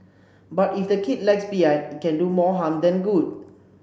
but if the kid lags behind it can do more harm than good